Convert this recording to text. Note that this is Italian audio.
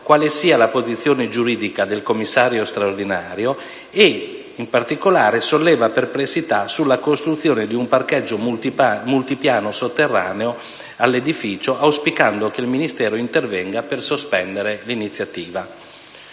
quale sia la posizione giuridica del commissario straordinario e solleva perplessità sulla costruzione di un parcheggio multipiano sotterraneo all'edificio, auspicando che il Ministero intervenga per sospendere l'iniziativa.